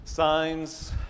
signs